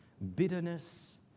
Bitterness